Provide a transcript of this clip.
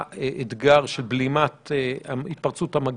אני מנסה להבין מה היחס בין האפשרות לשנות את התוספת לבין ההכרזות של רף